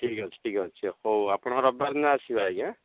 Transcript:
ଠିକ୍ ଅଛି ଠିକ୍ ଅଛି ହଉ ଆପଣ ରବିବାର ଦିନ ଆସିବେ ଆଜ୍ଞା